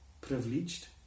privileged